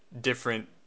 different